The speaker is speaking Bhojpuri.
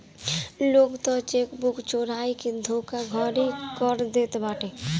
लोग तअ चेकबुक चोराई के धोखाधड़ी कर देत बाटे